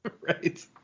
Right